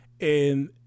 and-